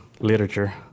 literature